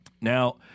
Now